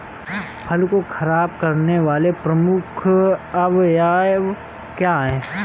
फसल को खराब करने वाले प्रमुख अवयव क्या है?